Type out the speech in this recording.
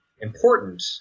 important